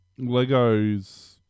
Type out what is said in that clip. Legos